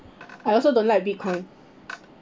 I also don't like bitcoin